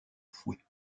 fouet